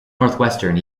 northwestern